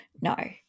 no